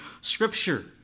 Scripture